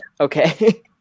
Okay